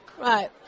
Right